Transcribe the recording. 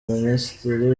minisitiri